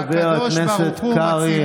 חבר הכנסת קרעי,